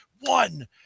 one